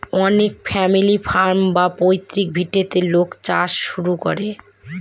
অনেক family farm বা পৈতৃক ভিটেতে লোক চাষ শুরু করে